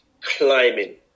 climbing